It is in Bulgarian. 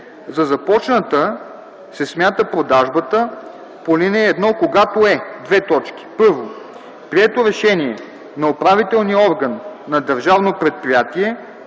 За започната се смята продажбата по ал. 1, когато е: 1. прието решение на управителния орган на държавно предприятие